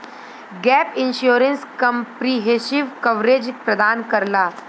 gap insurance comprehensive coverage प्रदान करला